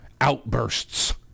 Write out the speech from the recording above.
outbursts